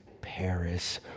Paris